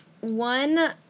one